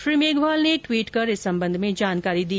श्री मेघवाल ने ट्वीट कर इस संबंध में जानकारी दी